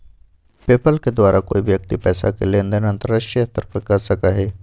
PayPal के द्वारा कोई व्यक्ति पैसा के लेन देन अंतर्राष्ट्रीय स्तर पर कर सका हई